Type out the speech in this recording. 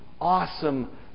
awesome